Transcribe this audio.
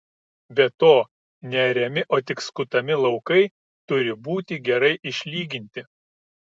be to neariami o tik skutami laukai turi būti gerai išlyginti